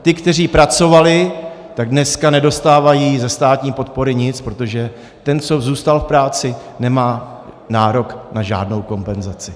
Ti, kteří pracovali, tak dneska nedostávají ze státní podpory nic, protože ten, co zůstal v práci, nemá nárok na žádnou kompenzaci.